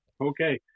Okay